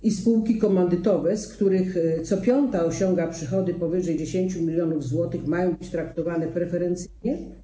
I spółki komandytowe, z których co piąta osiąga przychody powyżej 10 mln zł, mają być traktowane preferencyjnie?